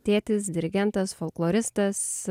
tėtis dirigentas folkloristas